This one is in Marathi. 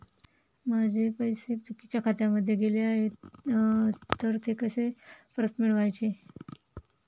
माझे पैसे चुकीच्या खात्यामध्ये गेले आहेत तर ते परत कसे मिळवायचे?